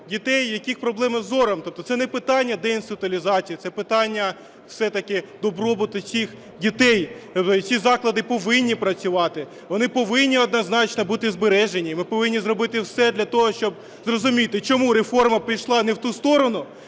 дітей, у яких проблеми із зором. Тобто це не питання деінституалізації, це питання все-таки добробуту цих дітей. Ці заклади повинні працювати. Вони повинні, однозначно, бути збережені. І ми повинні зробити все для того, щоб зрозуміти, чому реформа пішла не в ту сторону